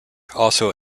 also